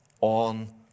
on